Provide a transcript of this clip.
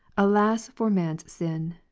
alas, for man's sin!